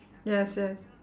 yes yes